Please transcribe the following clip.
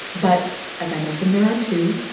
but as i mentioned, there are two.